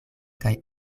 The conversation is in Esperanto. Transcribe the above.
kaj